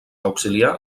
auxiliar